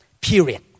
Period